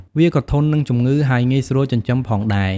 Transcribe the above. វាក៏ធន់នឹងជំងឺ ហើយងាយស្រួលចិញ្ចឹមផងដែរ។